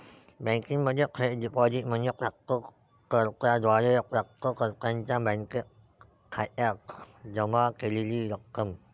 बँकिंगमध्ये थेट डिपॉझिट म्हणजे प्राप्त कर्त्याद्वारे प्राप्तकर्त्याच्या बँक खात्यात जमा केलेली रक्कम